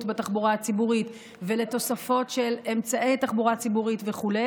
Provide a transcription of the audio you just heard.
בתחבורה הציבורית ולתוספות של אמצעי תחבורה ציבורית וכו'.